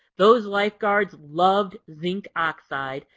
those lifeguards loved zinc oxide,